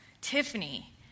Tiffany